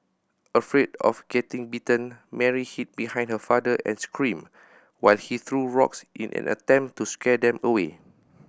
afraid of getting bitten Mary hid behind her father and scream while he threw rocks in an attempt to scare them away